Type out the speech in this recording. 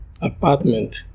apartment